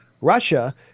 Russia